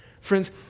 Friends